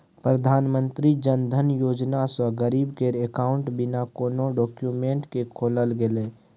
प्रधानमंत्री जनधन योजना सँ गरीब केर अकाउंट बिना कोनो डाक्यूमेंट केँ खोलल गेलै